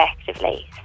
effectively